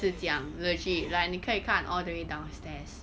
是这样 legit like 你可以看 all the way downstairs